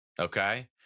Okay